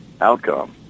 outcome